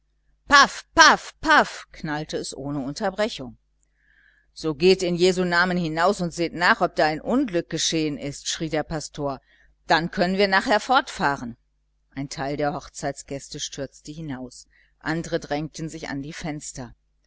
paff paff knallte es ohne unterbrechung so geht in jesu namen hinaus und seht nach ob da ein unglück geschehen ist schrie der pastor dann können wir nachher fortfahren ein teil der hochzeitsgäste stürzte hinaus andre drängten sich an die fenster